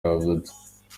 yavutse